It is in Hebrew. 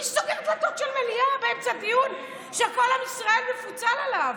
מי סוגר דלתות של מליאה באמצע דיון שכל עם ישראל מפוצל עליו?